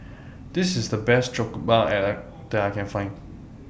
This IS The Best Jokbal that I Can Find